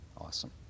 Awesome